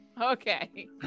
Okay